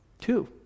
Two